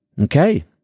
Okay